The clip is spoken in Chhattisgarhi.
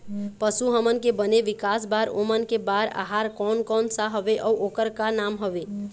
पशु हमन के बने विकास बार ओमन के बार आहार कोन कौन सा हवे अऊ ओकर का नाम हवे?